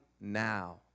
now